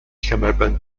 کمربند